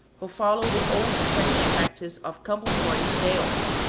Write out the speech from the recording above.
who follow the old spanish practice of compulsory sales,